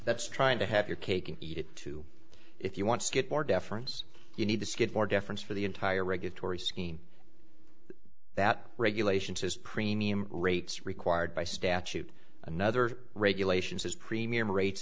that's trying to have your cake and eat it too if you want to get more deference you need to get more deference for the entire regulatory scheme that regulation says premium rates required by statute another regulations is premium rates